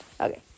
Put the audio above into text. Okay